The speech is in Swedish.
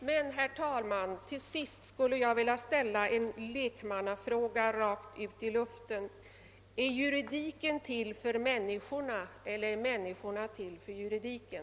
Till sist, herr talman, skulle jag vilja ställa en lekmannafråga rakt ut i luften: Är juridiken till för människorna, eller är människorna till för juridiken?